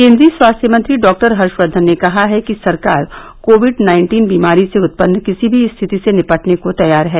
केन्द्रीय स्वास्थ्य मंत्री डॉक्टर हर्षवर्धन ने कहा है कि सरकार कोविड नाइन्टीन बीमारी से उत्पन्न किसी भी स्थिति से निपटने को तैयार है